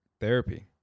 therapy